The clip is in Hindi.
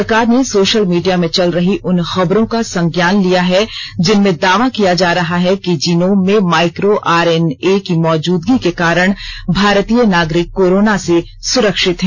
सरकार ने सोशल मीडिया में चल रही उन खबरों का संज्ञान लिया है जिनमें दावा किया जा रहा है कि जिनोम में माइक्रो आर एन ए की मौजूदगी के कारण भारतीय नागरिक कोरोना से सुरक्षित हैं